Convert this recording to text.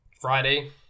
Friday